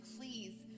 please